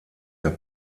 der